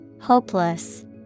Hopeless